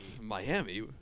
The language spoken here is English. Miami